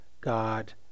God